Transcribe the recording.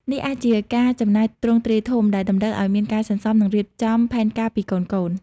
នេះអាចជាការចំណាយទ្រង់ទ្រាយធំ ដែលតម្រូវឱ្យមានការសន្សំ និងរៀបចំផែនការពីកូនៗ។